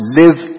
live